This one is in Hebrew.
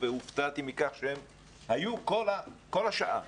והופתעתי מכך שהם היו כל השעה,